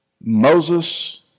Moses